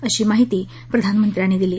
अशी माहिती प्रधानमंत्र्यांनी दिली